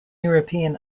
european